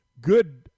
good